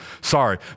Sorry